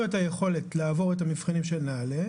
את היכולת לעבור את המבחנים של נעל"ה,